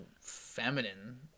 feminine